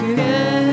good